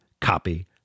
copy